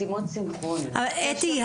משימות סינכרוניות --- אבל אתי,